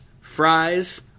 fries